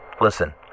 Listen